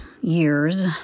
years